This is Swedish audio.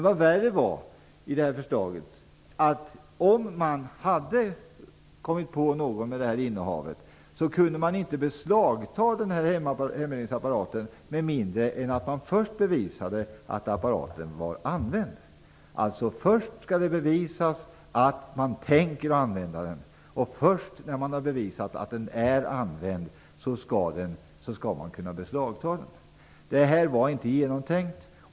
Vad värre är i förslaget är att om man hade kommit på någon med ett innehav så kunde man inte beslagta hembränningsapparaten med mindre än att man först bevisade att apparaten var använd. Först skall det bevisas att den som har en apparat tänker använda den. Först när man har bevisat att den är använd skall man kunna beslagta den. Det här var inte genomtänkt.